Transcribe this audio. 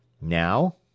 Now